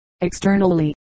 externally